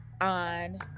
on